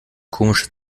komische